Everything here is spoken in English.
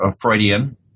Freudian